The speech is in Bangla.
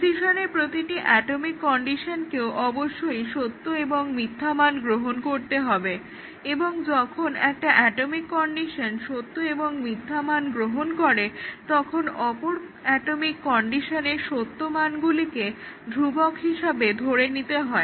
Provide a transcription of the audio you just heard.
ডিসিশনের প্রতিটি অ্যাটমিক কন্ডিশনকেও অবশ্যই সত্য এবং মিথ্যা মান গ্রহণ করতে হবে এবং যখন একটা অ্যাটমিক কন্ডিশন সত্য এবং মিথ্যা মান গ্রহণ করে তখন অপর অ্যাটমিক কন্ডিশনের সত্য মানগুলোকে ধ্রুবক হিসেবে ধরে নিতে হয়